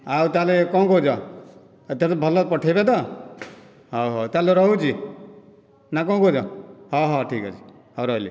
ଆଉ ତାହେଲେ କଣ କହୁଛ ଏଥର ଭଲ ପଠେଇବେ ତ ହେଉ ହେଉ ତାହେଲେ ରହୁଛି ନା କଣ କହୁଛ ହେଉ ହେଉ ଠିକ ଅଛି ହେଉ ରହିଲି